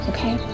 Okay